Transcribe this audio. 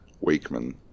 Wakeman